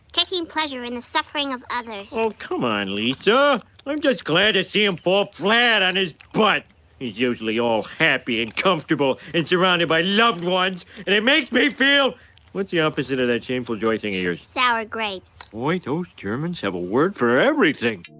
taking pleasure in the suffering of others oh, come on, lisa. i'm just glad to see him fall flat on his butt. he's usually all happy and comfortable and surrounded by loved ones. and it makes me feel what's the opposite of that shameful joy thing of yours? sour grapes boy, those germans have a word for everything